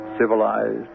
civilized